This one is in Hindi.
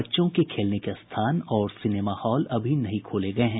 बच्चों के खेलने के स्थान और सिनेमा हॉल अभी नहीं खोले गए हैं